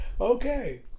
Okay